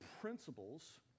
principles